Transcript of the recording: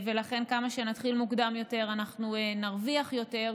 ולכן, כמה שנתחיל מוקדם יותר אנחנו נרוויח יותר.